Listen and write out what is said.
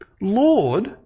Lord